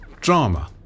drama